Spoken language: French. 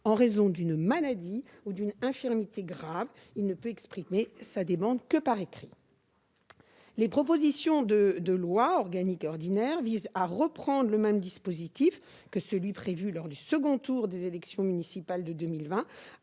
en raison d'une maladie ou d'une infirmité grave ; il ne peut exprimer sa demande que par écrit. Les propositions de loi organique et ordinaire visent à reprendre le même dispositif que celui qui a été prévu lors du second tour des élections municipales de 2020,